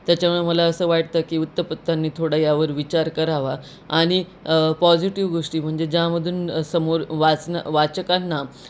त्याच्यामुळे मला असं वाटतं की वृत्तपत्रांनी थोडा यावर विचार करावा आणि पॉजिटिव गोष्टी म्हणजे ज्यामधून समोर वाचन वाचकांना